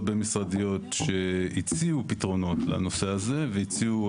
בין-משרדיות שהציעו פתרונות לנושא הזה והציעו